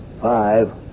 Five